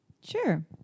Sure